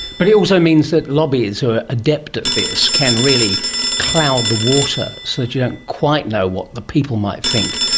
but it also means that lobbies who are adept at this can really cloud the water so that you don't quite know what then people might think,